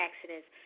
accidents